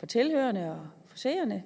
for tilhørerne og for seerne